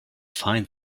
find